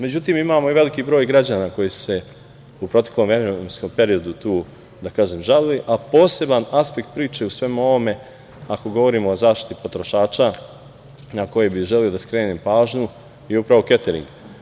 Međutim, imamo i veliki broj građana koji su se u proteklom vremenskom periodu tu žalili, ali poseban aspekt priče u svemu ovome, ako govorimo o zaštiti potrošača, na koji bih želeo da skrenem pažnju, je upravo ketering.